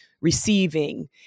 receiving